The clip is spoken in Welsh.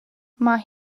mae